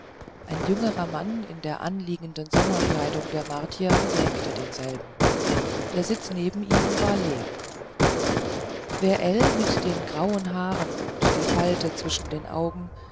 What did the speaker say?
ein jüngerer mann in der anliegenden sommerkleidung der martier lenkte denselben der sitz neben ihm war leer wer ell mit dem grauen haar und der falte zwischen den augen